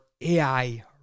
AI